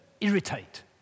irritate